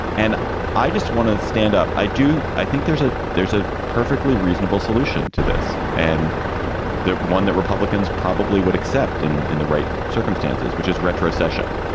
and i just want to stand up. i do. i think there's a there's a perfectly reasonable solution to this and that one that republicans probably would accept in in the right circumstances, which is retrocession.